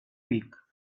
week